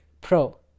Pro